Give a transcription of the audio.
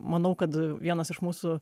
manau kad vienas iš mūsų